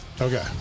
Okay